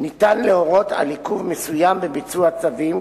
ניתן להורות על עיכוב מסוים בביצוע צווים,